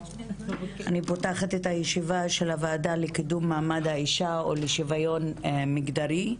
אני פותחת את הישיבה לקידום מעמד האישה ולשוויון מגדרי.